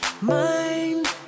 mind